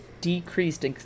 decreased